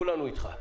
כולנו איתך,